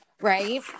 right